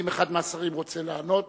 האם אחד מהשרים רוצים לענות?